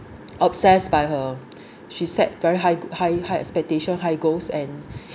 obsessed by her she set very high high high expectation high goals and